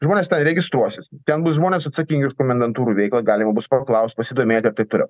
žmonės ten registruosis ten bus žmonės atsakingi už komendantūrų veiklą galima bus paklaust pasidomėt ir taip toliau